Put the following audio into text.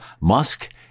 musk